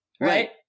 Right